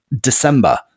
December